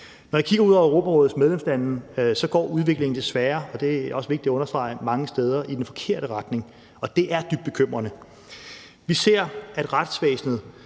Når jeg kigger ud over Europarådets medlemslande, går udviklingen desværre – og det er også vigtigt at understrege – mange steder i den forkerte retning, og det er dybt bekymrende. Vi ser, at retsvæsenet